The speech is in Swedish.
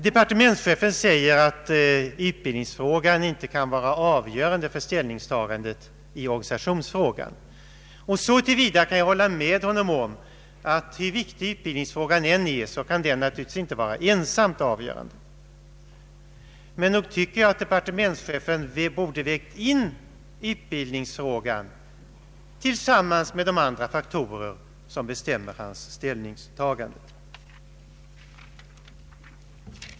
Departementschefen säger att utbildningsfrågan inte kan vara avgörande för ställningstagandet i organisationsfrågan. Så till vida kan jag hålla med honom att hur viktig utbildningsfrågan än är kan den naturligtvis inte vara ensamt avgörande. Men nog tycker jag att departementschefen borde ha vägt in utbildningsfrågan tillsammans med de andra faktorer som bestämt hans ställningstagande.